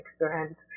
experience